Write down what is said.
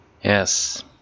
Yes